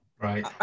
Right